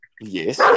Yes